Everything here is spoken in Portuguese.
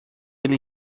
ele